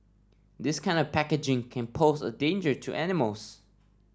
this kind of packaging can pose a danger to animals